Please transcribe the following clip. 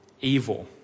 evil